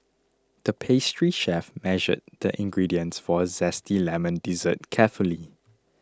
the pastry chef measured the ingredients for a Zesty Lemon Dessert carefully